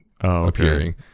appearing